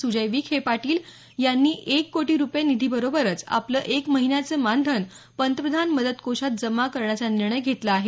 सुजय विखे पाटील यांनी एक कोटी रूपये निधीबरोबरच आपलं एका महिन्याचं मानधन पंतप्रधान मदत कोषात जमा करण्याचा निर्णय घेतला आहे